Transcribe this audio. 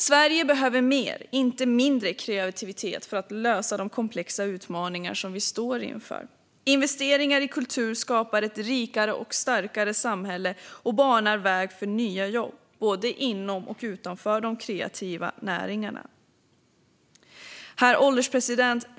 Sverige behöver mer, inte mindre, kreativitet för att lösa de komplexa utmaningar vi står inför. Investeringar i kultur skapar ett rikare och starkare samhälle och banar väg för nya jobb, både inom och utanför de kreativa näringarna. Herr ålderspresident!